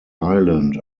island